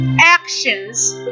actions